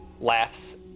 laughs